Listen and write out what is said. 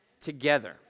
together